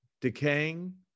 decaying